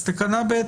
אז תקנה ב,